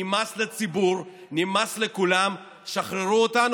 נמאס לציבור, נמאס לכולם, שחררו אותנו.